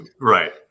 right